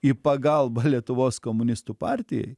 į pagalbą lietuvos komunistų partijai